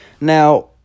now